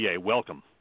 Welcome